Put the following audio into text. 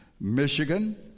Michigan